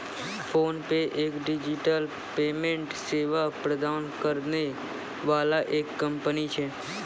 PhonePe एक digital payment सेवा प्रदान करै वाला एक कंपनी छै